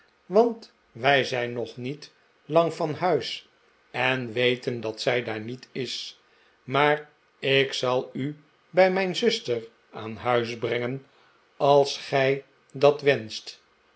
want wij zijn nog niet lang van huis en weten dat zij daar niet is maar ik zal u bij mijn zuster aan huis brengen als gij dat wenscht